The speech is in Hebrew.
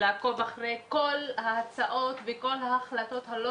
לעקוב אחרי כל ההצעות וכל ההחלטות הלא